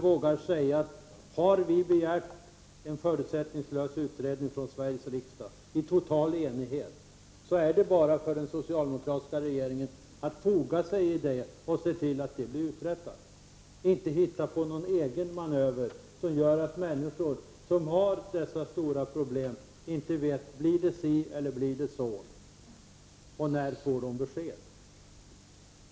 Socialdemokraterna vågar inte säga att den socialdemokratiska regeringen, om Sveriges riksdag i total enighet har begärt en förutsättningslös utredning, bara har att foga sig i detta och se till att en sådan tillsätts och inte hitta på någon egen manöver som gör att människor som har stora problem inte vet om det blir si eller så. När får de besked?